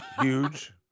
huge